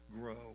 grow